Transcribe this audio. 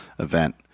event